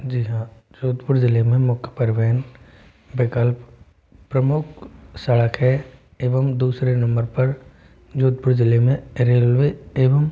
जी हाँ जोधपुर जिले में मुख्य परिवहन विकल्प प्रमुख सड़क है एवं दूसरे नंबर पर जोधपुर जिले में रेलवे एवं